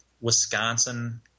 Wisconsin